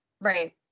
Right